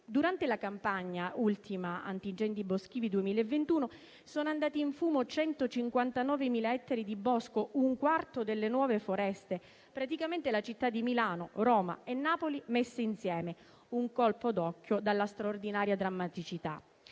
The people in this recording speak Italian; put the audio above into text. Durante la campagna antincendi boschivi 2021 sono andati in fumo 159.000 ettari di bosco, un quarto delle nuove foreste, praticamente le città di Milano, Roma e Napoli messe insieme: un colpo d'occhio dalla straordinaria drammaticità.